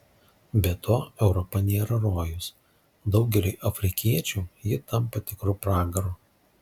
be to europa nėra rojus daugeliui afrikiečių ji tampa tikru pragaru